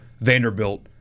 Vanderbilt